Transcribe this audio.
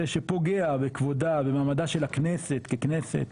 שפוגע בכבודה ומעמדה של הכנסת ככנסת,